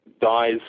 dies